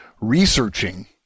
Researching